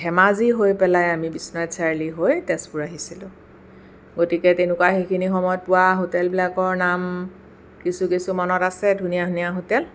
ধেমাজি হৈ পেলাই আমি বিশ্বনাথ চাৰিআলি হৈ তেজপুৰ আহিছিলোঁ গতিকে তেনেকুৱা সেইখিনি সময়ত পোৱা হোটেলবিলাকৰ নাম কিছু কিছু মনত আছে ধুনীয়া ধুনীয়া হোটেল